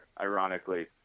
ironically